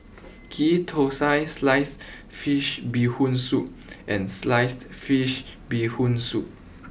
Ghee Thosai sliced Fish Bee Hoon Soup and sliced Fish Bee Hoon Soup